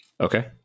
okay